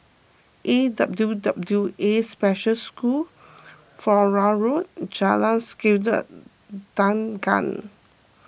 A W W A Special School Flora Road Jalan Sikudangan